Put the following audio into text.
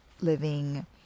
living